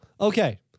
Okay